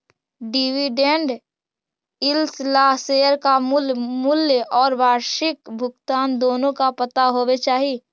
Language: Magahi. डिविडेन्ड यील्ड ला शेयर का मूल मूल्य और वार्षिक भुगतान दोनों का पता होवे चाही